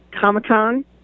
Comic-Con